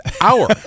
hour